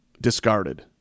discarded